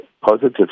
positive